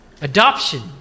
adoption